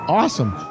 awesome